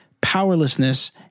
powerlessness